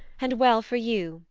and well for you.